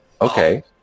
Okay